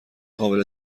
قابل